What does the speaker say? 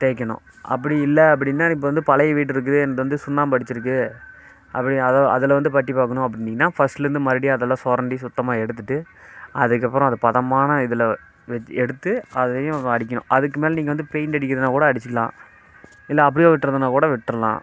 தேய்க்கணும் அப்படி இல்லை அப்படின்னா இப்போ வந்து பழைய வீடு இருக்குது எந்து வந்து சுண்ணாம்பு அடித்திருக்கு அப்படி அதில் அதில் வந்து பட்டி பார்க்கணும் அப்படின்னீங்கன்னா ஃபர்ஸ்ட்லேருந்து மறுபடியும் அதெல்லாம் சொரண்டி சுத்தமாக எடுத்துட்டு அதுக்கப்புறம் அதை பதமான இதில் வெச் எடுத்துட்டு அதுலேயும் அடிக்கணும் அதுக்கு மேலே நீங்கள் வந்து பெயிண்ட் அடிக்கிறதுனால் கூட அடித்துக்கலாம் இல்லை அப்படியே விடறதுனா கூட விட்டுரலாம்